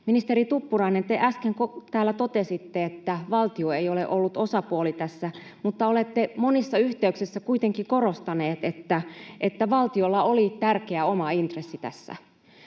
Ministeri Tuppurainen, te äsken täällä totesitte, että valtio ei ole ollut osapuoli tässä, mutta olette monissa yhteyksissä kuitenkin korostanut, että valtiolla oli tärkeä oma intressi tässä.